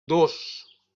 dos